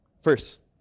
first